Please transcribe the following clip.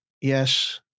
Yes